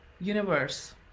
universe